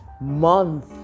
month